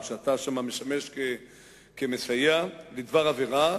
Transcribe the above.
או שאתה משמש שם כמסייע לדבר עבירה,